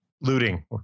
Looting